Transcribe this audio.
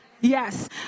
Yes